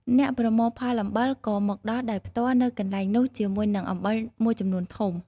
អ្នកប្រមូលផលអំបិលក៏មកដល់ដោយផ្ទាល់នៅកន្លែងនោះជាមួយនឹងអំបិលមួយចំនួនធំ។